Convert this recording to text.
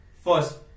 First